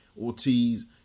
Ortiz